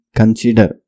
consider